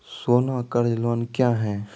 सोना कर्ज लोन क्या हैं?